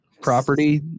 property